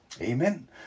Amen